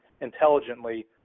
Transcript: intelligently